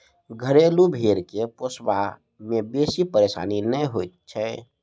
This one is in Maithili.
घरेलू भेंड़ के पोसबा मे बेसी परेशानी नै होइत छै